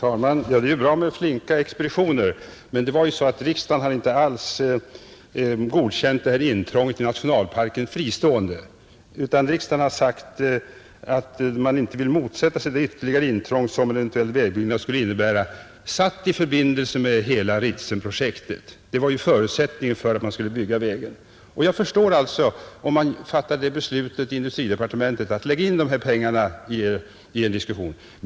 Herr talman! Det är bra med flinka expeditioner. Men det var ju så att riksdagen inte alls godkänt det här intrånget i nationalparken fristående, utan riksdagen har sagt att man inte vill motsätta sig det ytterligare intrång som en eventuell vägbyggnad skulle innebära, satt i förbindelse med hela Ritsemprojektet. Det var förutsättningen för att man skulle bygga vägen. Jag förstår alltså om man fattar det beslutet inom industridepartementet att lägga in dessa pengar i Vattenfalls projektering.